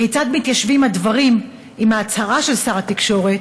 3. כיצד מתיישבים הדברים עם ההצהרה של שר התקשורת,